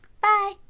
Bye